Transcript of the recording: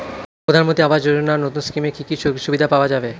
প্রধানমন্ত্রী আবাস যোজনা নতুন স্কিমে কি কি সুযোগ সুবিধা পাওয়া যাবে?